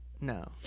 No